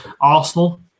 Arsenal